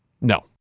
No